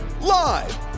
Live